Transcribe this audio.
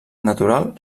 natural